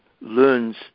learns